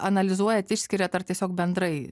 analizuojat išskiriat ar tiesiog bendrai